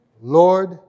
Lord